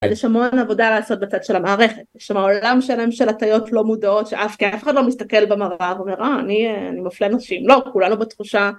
יש המון עבודה לעשות בצד של המערכת, יש שם עולם שלם של הטיות לא מודעות שאף אחד לא מסתכל במראה ואומר, אני מפלה נשים, לא, כולנו בתחושה.